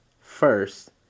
first